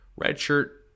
Redshirt